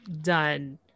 done